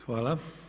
Hvala.